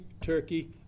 Turkey